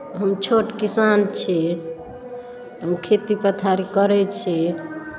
हम छोट किसान छी हम खेती पथारी करै छी